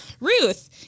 Ruth